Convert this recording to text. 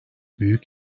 büyük